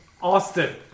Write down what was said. Austin